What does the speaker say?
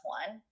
one